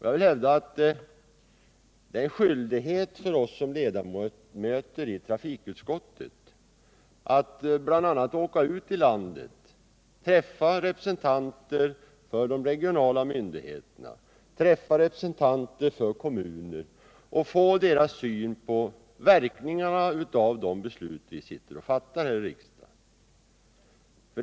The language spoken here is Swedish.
Jag vill hävda att det är en skyldighet för oss som ledamöter av trafikutskottet att åka ut i landet och träffa representanter för de regionala myndigheterna och kommunerna och få deras syn på verkningarna av de beslut vi fattar här i riksdagen.